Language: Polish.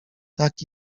tak